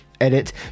edit